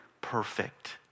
perfect